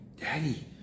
Daddy